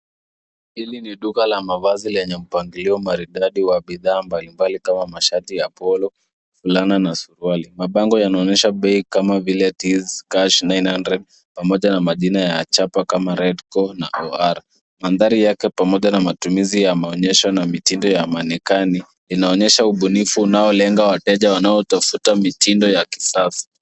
Hili ni duka la mavazi lenye mpangilio maridadi wa bidhaa mbalimbali kama mashati ya polo fulana na suruali. Mabango yanaonyesha bei kama vile Tees Cash 900 pamoja na majina ya chapa kama Red-core na OR. Mandhari yake pamoja na matumizi ya maonyesho na mitindo ya mannequin inaonyesha ubunifu unaolenga wateja wanaotafuta mitindo ya kisasa.